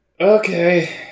Okay